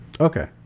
okay